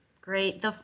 Great